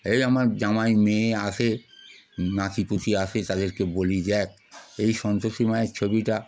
এই আমার জামাই মেয়ে আসে নাতিপুতি আসে তাদেরকে বলি দেখ এই সন্তোষী মায়ের ছবিটা